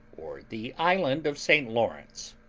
or the island of st lawrence.